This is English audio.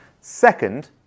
Second